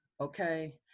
Okay